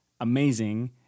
amazing